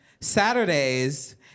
Saturdays